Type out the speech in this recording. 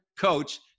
coach